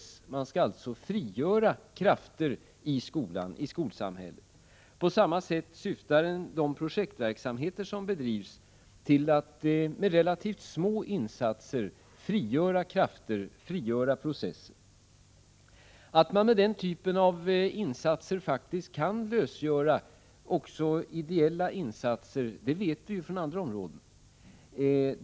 Man skall alltså frigöra krafter i skolsamhället. På samma sätt syftar de projektverksamheter som bedrivs till att med relativt små insatser frigöra krafter, frigöra processer. Att man med den typen av insatser faktiskt kan lösgöra också ideella insatser vet vi från andra områden.